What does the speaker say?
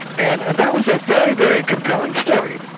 and and that was a very, very compelling story.